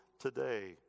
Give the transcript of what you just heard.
today